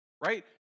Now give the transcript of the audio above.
right